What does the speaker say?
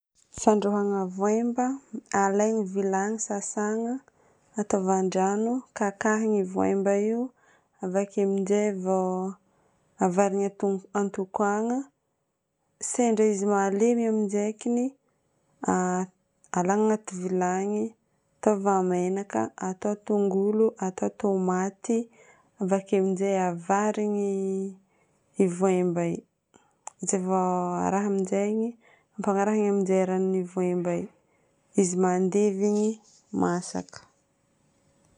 Fandrahoagna voemba: alaigna vilagny sasagna, ataovan-drano, kakahigna voemba io, avake aminjay vao avarigna antokogna. Sendra izy malemy aminjaiky igny, alagna agnaty vilagny, ataova menaka, atao tongolo, atao tomaty. Avake aminjay avarigny io voemba io. Izay vao araha aminjay igny, ampagnarahana aminjay ranon'ny voaemba io. Izy mandevy igny masaka.